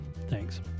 Thanks